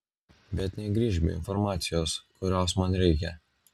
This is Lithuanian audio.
bet negrįžk be informacijos kurios man reikia